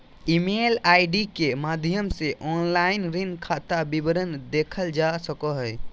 email ID के माध्यम से ऑनलाइन ऋण खाता विवरण देखल जा सको हय